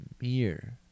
mirror